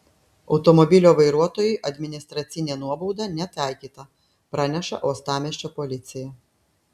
automobilio vairuotojui administracinė nuobauda netaikyta praneša uostamiesčio policija